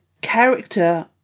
character